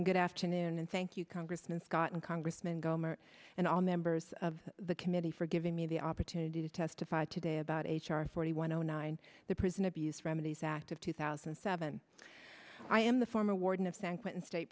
and good afternoon and thank you congressman scott and congressman gohmert and all members of the committee for giving me the opportunity to testify today about h r forty one o nine the prison abuse remedies act of two thousand and seven i am the form